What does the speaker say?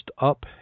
up